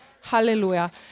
Hallelujah